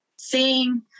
seeing